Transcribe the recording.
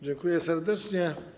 Dziękuję serdecznie.